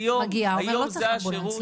מגיע ואומר שלא צריך אמבולנס,